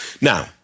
Now